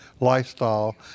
lifestyle